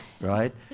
Right